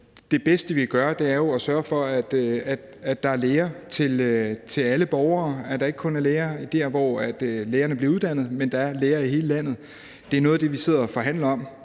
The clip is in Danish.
det bedste, vi kan gøre, er jo at sørge for, at der er læger til alle borgere, at der ikke kun er læger der, hvor lægerne bliver uddannet, men at der er læger i hele landet. Det er noget af det, vi sidder og forhandler om.